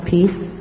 Peace